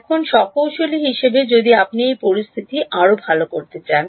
এখন প্রকৌশলী হিসাবে যদি আপনি সেই পরিস্থিতি আরও ভাল করতে চান